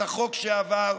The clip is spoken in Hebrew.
את החוק שעבר,